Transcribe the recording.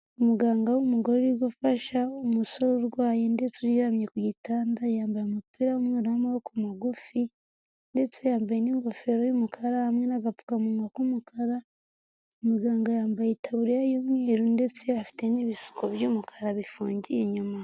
Umuganga w'umugore uri gufasha umusore urwaye ndetse uryamye ku gitanda, yambaye umupira w'umweru w'amaboko magufi ndetse yambaye n'ingofero y'umukara hamwe n'agapfukamunwa k'umukara, muganga yambaye itaburiya y'umweru ndetse afite n'ibisuko by'umukara bifungiye inyuma.